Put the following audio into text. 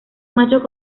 machos